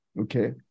Okay